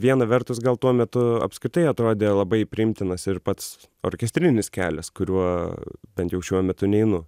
viena vertus gal tuo metu apskritai atrodė labai priimtinas ir pats orkestrinis kelias kuriuo bent jau šiuo metu neinu